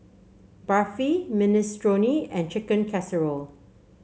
Barfi Minestrone and Chicken Casserole